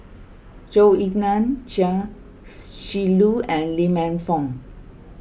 Zhou Ying Nan Chia Shi Lu and Lee Man Fong